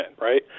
right